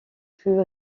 fut